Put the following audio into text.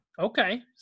Okay